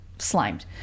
slimed